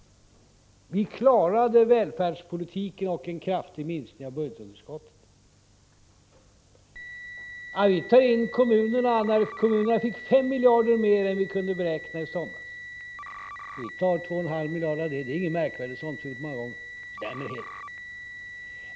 Vi klarade välfärdspolitiken och en kraftig minskning av budgetunderskottet. Kommunerna fick 5 miljarder mer än vi kunde beräkna i somras. Vi tar två och en halv miljarder av det. Det är inget märkvärdigt med det, sådant vet man om.